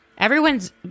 Everyone's